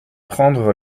prendre